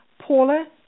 Paula